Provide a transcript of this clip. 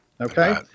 Okay